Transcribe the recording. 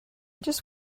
just